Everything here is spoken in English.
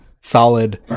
Solid